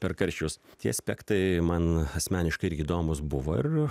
per karščius tie aspektai man asmeniškai irgi įdomūs buvo ir